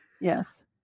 Yes